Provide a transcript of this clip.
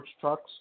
Trucks